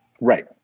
Right